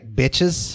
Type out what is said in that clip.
bitches